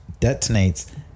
detonates